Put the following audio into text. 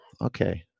Okay